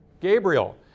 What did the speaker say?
Gabriel